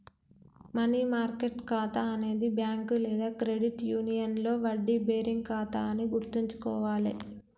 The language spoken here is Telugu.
మనీ మార్కెట్ ఖాతా అనేది బ్యాంక్ లేదా క్రెడిట్ యూనియన్లో వడ్డీ బేరింగ్ ఖాతా అని గుర్తుంచుకోవాలే